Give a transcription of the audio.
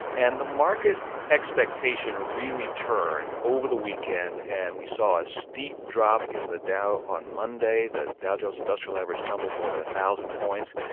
and the market expectation really turned over the weekend, and we saw a steep drop in the dow on monday. the dow jones industrial average tumbled more than a thousand points.